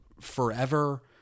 forever